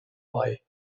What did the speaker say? bei